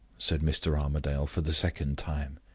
said mr. armadale, for the second time.